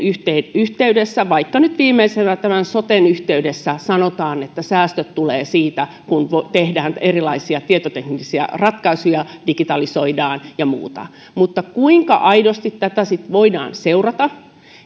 yhteydessä vaikka nyt viimeisenä tämän soten yhteydessä että säästöt tulevat siitä kun tehdään erilaisia tietoteknisiä ratkaisuja digitalisoidaan ja muuta mutta kuinka aidosti tätä sitten voidaan seurata